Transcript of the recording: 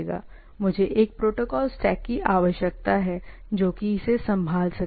मुझे एक protocol stack की आवश्यकता है जो कि इसे संभाल सके